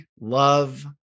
love